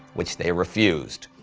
which they refused.